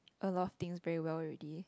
a lot of things very well already